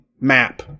map